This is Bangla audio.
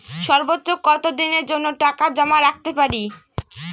সর্বোচ্চ কত দিনের জন্য টাকা জমা রাখতে পারি?